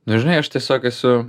nu žinai aš tiesiog esu